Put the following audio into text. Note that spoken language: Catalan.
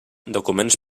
documents